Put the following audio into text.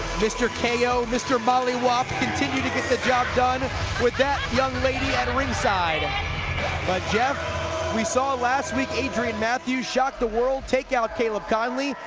mr ko mr. mollywhop continue to get the job done with that young lady at ringside but jeff we saw last week, adrian matthews shock the world, take out caleb konley,